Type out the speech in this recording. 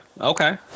Okay